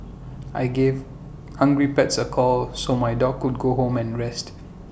I gave hungry pets A call so my dog could go home and rest